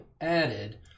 added